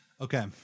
Okay